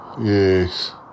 Yes